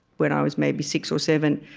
when i was maybe six or seven,